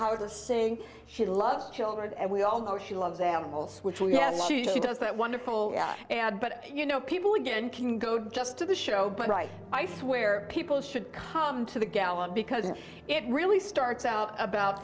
how to sing she loves children and we all know she loves animals which we have she does that wonderful and but you know people again can go just to the show but right i swear people should come to the gallon because it really starts out about